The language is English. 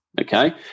Okay